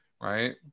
right